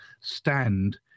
stand